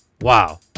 Wow